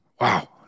Wow